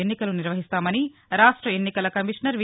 ఎన్నికలు నిర్వహిస్తామని రాష్ట ఎన్నికల కమిషనర్ వి